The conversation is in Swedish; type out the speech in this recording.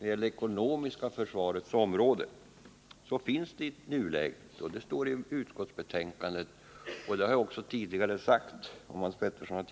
inom det ekonomiska försvarets område, så har vi i nuläget en obalans i fråga om önskvärd försörjningsberedskap.